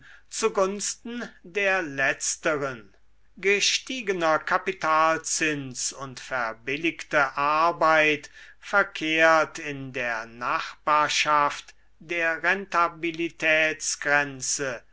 zu gunsten der letzteren gestiegener kapitalzins und verbilligte arbeit verkehrt in der nachbarschaft der